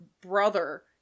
brother